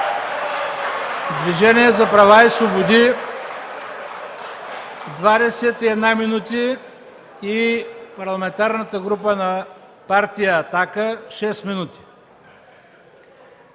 Движението за права и свободи – 21 минути, и Парламентарната група на партия „Атака” – 6 минути.